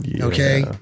Okay